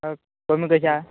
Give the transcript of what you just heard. okay कमी कशी आहा